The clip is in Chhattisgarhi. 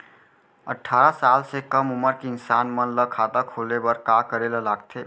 अट्ठारह साल से कम उमर के इंसान मन ला खाता खोले बर का करे ला लगथे?